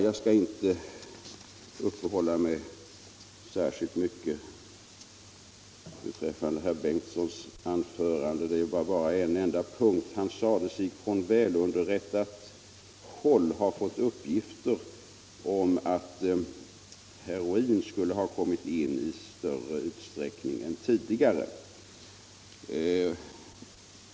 Jag skall inte uppehålla mig särskilt mycket vid herr Bengtssons anförande. Jag vill bara kommentera en enda punkt. Han sade sig från välunderrättat håll ha fått uppgifter om att heroin skulle ha kommit in i större utsträckning än tidigare.